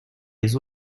les